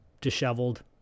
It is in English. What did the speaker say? disheveled